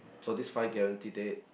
for this five guaranteed date